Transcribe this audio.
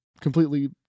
completely